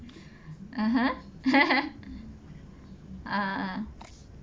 (uh huh) uh uh